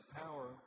power